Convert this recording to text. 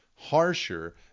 harsher